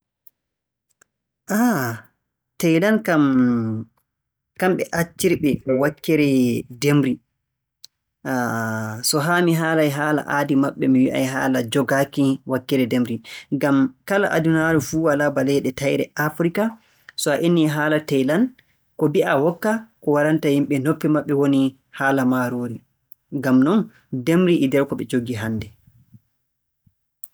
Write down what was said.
Ah, Taylan kam kamɓe accirɓe wakkere ndemri so haa mi haalay haala aadi maɓɓe mi haalay haala jogaaki ndemri. Ngam kala adunaaru walaa ba taƴre leyɗe Afirika, so a innii haala Taylan, ko mbi'aa wokka, ko waranta yimɓe noppi maɓɓe woni haala maaroori. Ngam non ndemri e nder ko ɓe njogii hannde.